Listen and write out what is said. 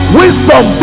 wisdom